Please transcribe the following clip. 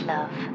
Love